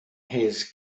has